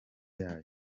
yayo